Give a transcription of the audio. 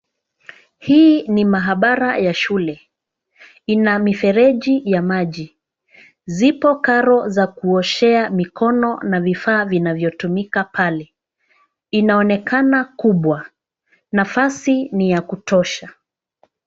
Hii ni mahabara ya shule. Ina mifereji ya maji. Zipo karo za kuoshea mkono na vifaa vinavyotumika pale. Inaonekana kubwa nafasi ni ya kutosha.